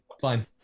Fine